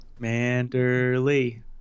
Manderly